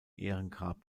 ehrengrab